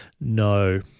No